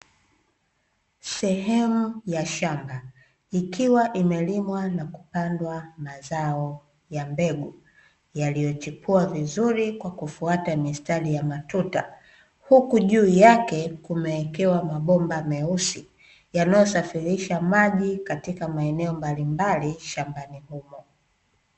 Sehemu ya shamba ikiwa imelimwa na kupandwa mazao ya mbegu, yaliyochipua vizuri kwa kufuata mistari ya matuta ;huku juu yake kumewekewa mabomba meusi yanayosafirisha maji katika maeneo mbalimbali shambani humo.